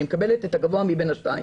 היא מקבלת את הגבוה מבין השניים.